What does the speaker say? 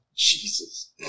Jesus